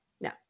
No